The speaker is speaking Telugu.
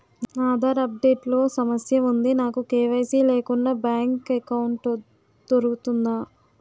నా ఆధార్ అప్ డేట్ లో సమస్య వుంది నాకు కే.వై.సీ లేకుండా బ్యాంక్ ఎకౌంట్దొ రుకుతుందా?